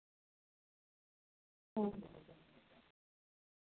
ᱦᱩᱸ